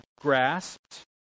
grasped